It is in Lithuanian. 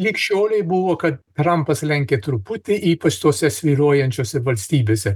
lig šiolei buvo kad trampas lenkė truputį ypač tose svyruojančiose valstybėse